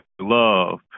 love